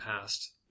past